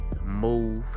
move